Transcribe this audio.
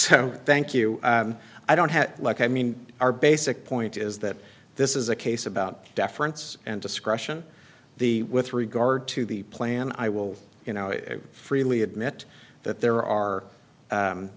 so thank you i don't have like i mean our basic point is that this is a case about deference and discretion the with regard to the plan i will you know i freely admit that there are